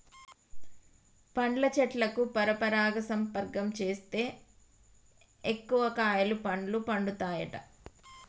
పండ్ల చెట్లకు పరపరాగ సంపర్కం చేస్తే ఎక్కువ కాయలు పండ్లు పండుతాయట